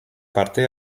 parte